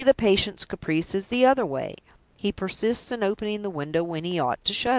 say the patient's caprice is the other way he persists in opening the window when he ought to shut it.